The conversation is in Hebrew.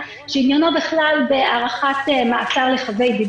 וזה סתם איזה כסת"ח כזה או אחר של מישהו שרוצה להחמיר סתם,